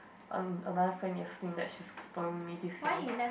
uh another friend Yasmin that she's following me this year